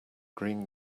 green